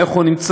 איך הוא נמצא,